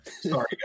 Sorry